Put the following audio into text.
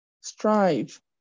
strive